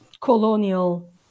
colonial